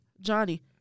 johnny